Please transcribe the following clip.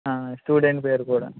student పేరు కూడా